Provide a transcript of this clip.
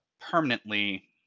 permanently